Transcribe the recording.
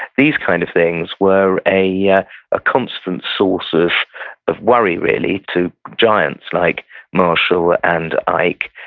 these kind of things were a yeah ah constant source of of worry, really, to giants like marshall and ike,